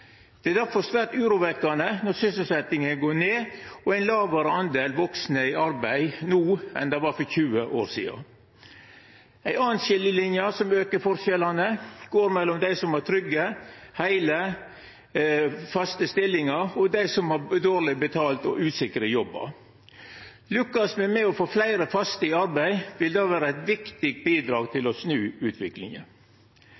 Det er difor svært urovekkjande når sysselsetjinga går ned, og det er ein lågare del vaksne i arbeid no enn det var for 20 år sidan. Ei anna skiljeline som aukar forskjellane, går mellom dei som har trygge, heile og faste stillingar, og dei som har dårleg betalt og usikre jobbar. Lukkast me med å få fleire faste i arbeid, vil det vere eit viktig bidrag til